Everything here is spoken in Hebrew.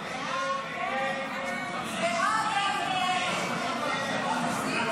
ההצעה להעביר לוועדה את הצעת חוק